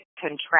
contract